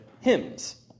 hymns